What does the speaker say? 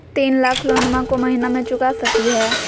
तीन लाख लोनमा को महीना मे चुका सकी हय?